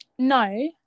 No